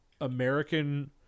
American